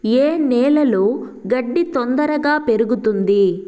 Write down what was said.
ఏ నేలలో గడ్డి తొందరగా పెరుగుతుంది